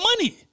money